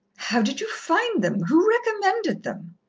how did you find them? who recommended them?